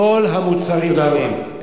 כל המוצרים עולים.